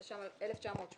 התש"ם-1980,